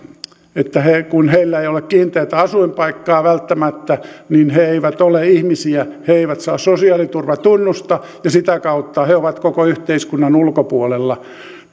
että kun heillä ei ole kiinteää asuinpaikkaa välttämättä niin he eivät ole ihmisiä he eivät saa sosiaaliturvatunnusta ja sitä kautta he ovat koko yhteiskunnan ulkopuolella